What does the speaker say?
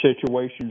situations